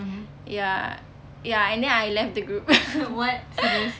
ya ya and then I left the group